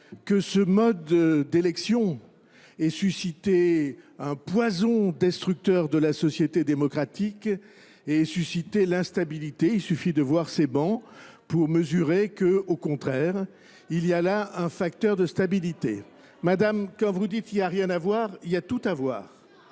que ce mode d'élection ait suscité un poison destructeur de la société démocratique, ait suscité l'instabilité. Il suffit de voir ces bancs pour mesurer qu'au contraire, il y a là un facteur de stabilité. Madame, quand vous dites qu'il n'y a rien à voir, il y a tout à voir.